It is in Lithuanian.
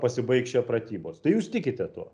pasibaigs čia pratybos tai jūs tikite tuo